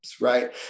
right